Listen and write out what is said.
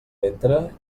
ventre